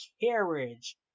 carriage